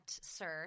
Sir